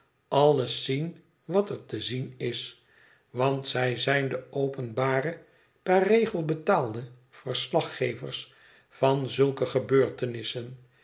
alles zien wat er te zien is want zij zijn de openbare per regel betaalde verslaggevers van zulke gebeurtenissen